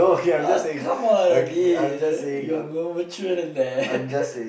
oh come on Adil you are more mature than that